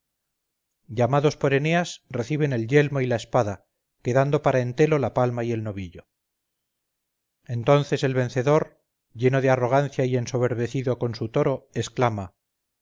llamados por eneas reciben el yelmo y la espada quedando para entelo la palma y el novillo entonces el vencedor lleno de arrogancia y ensoberbecido con su toro exclama